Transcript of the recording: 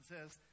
says